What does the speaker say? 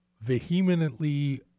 vehemently